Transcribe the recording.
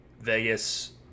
Vegas